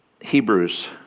Hebrews